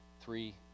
three